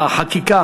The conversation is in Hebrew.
החקיקה.